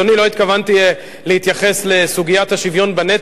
לא התכוונתי להתייחס לסוגיית השוויון בנטל,